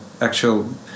actual